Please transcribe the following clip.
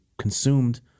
consumed